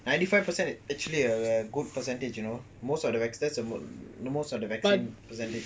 ninety five percent actually a good percentage you know most of the most of the vaccine percentage